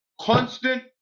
constant